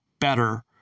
better